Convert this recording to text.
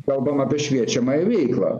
kalbam apie šviečiamąją veiklą